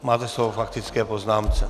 Máte slovo k faktické poznámce.